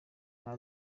nka